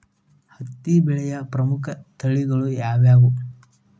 ಹತ್ತಿ ಬೆಳೆಯ ಪ್ರಮುಖ ತಳಿಗಳು ಯಾವ್ಯಾವು?